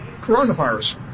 coronavirus